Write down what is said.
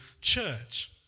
church